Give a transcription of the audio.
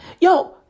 yo